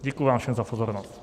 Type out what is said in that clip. Děkuji vám všem za pozornost.